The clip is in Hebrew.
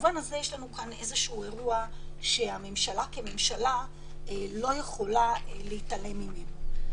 ובמובן הזה יש לנו כאן אירוע שהממשלה כממשלה לא יכולה להתעלם ממנו.